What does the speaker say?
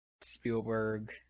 Spielberg